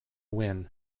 win